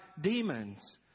demons